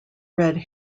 red